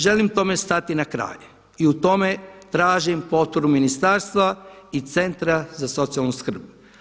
Želim tome sati na kraj i u tome tražim potporu ministarstva i centra za socijalnu skrb.